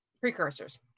Precursors